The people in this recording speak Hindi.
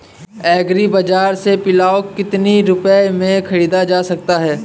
एग्री बाजार से पिलाऊ कितनी रुपये में ख़रीदा जा सकता है?